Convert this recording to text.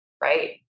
right